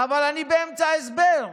אני באמצע ההסבר.